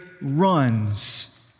runs